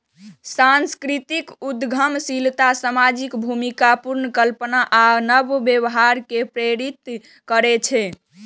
सांस्कृतिक उद्यमशीलता सामाजिक भूमिका पुनर्कल्पना आ नव व्यवहार कें प्रेरित करै छै